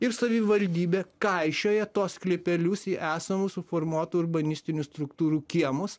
ir savivaldybė kaišioja tuos sklypelius į esamų suformuotų urbanistinių struktūrų kiemus